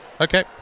Okay